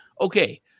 Okay